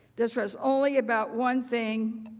this was only about one thing,